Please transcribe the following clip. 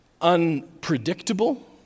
unpredictable